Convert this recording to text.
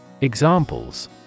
Examples